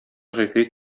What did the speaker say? гыйфрит